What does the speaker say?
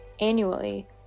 Annually